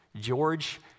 George